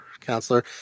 counselor